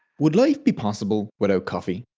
would life be possible without coffee.